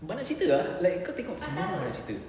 banyak cerita ah like kau tengok semua orang ada cerita